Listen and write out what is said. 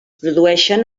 produeixen